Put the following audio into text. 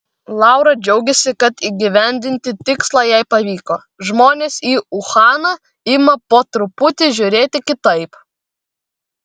laura džiaugiasi kad įgyvendinti tikslą jai pavyko žmonės į uhaną ima po truputį žiūrėti kitaip